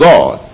God